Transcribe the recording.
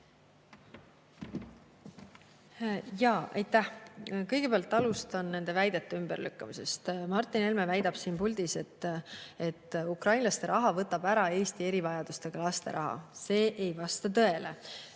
Aitäh! Kõigepealt alustan nende väidete ümberlükkamisest. Martin Helme väidab siin puldis, et ukrainlastele [minev] raha võtab ära Eesti erivajadustega laste raha. See ei vasta tõele.